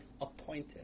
appointed